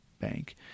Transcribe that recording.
bank